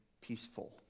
peaceful